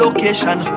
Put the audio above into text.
Location